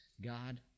god